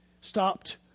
stopped